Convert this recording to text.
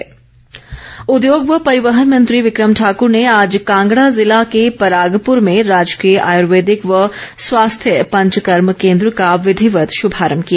विक्रम ठाकुर उद्योग व परिवहन मंत्री विक्रम ठाकुर ने आज कांगड़ा जिला के परागपुर में राजकीय आयुर्वेदिक व स्वास्थ्य पंचकर्म केन्द्र का विधिवत शुभारम्म किया